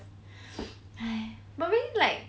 !hais! but maybe like